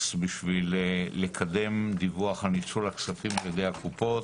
בשביל לקדם דיווח על ניצול הכספים על ידי הקופות